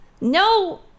No